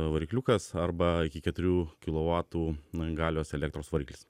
varikliukas arba iki keturių kilovatų galios elektros variklis